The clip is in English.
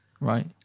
right